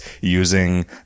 using